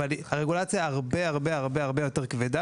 אבל הרגולציה היא הרבה יותר כבדה,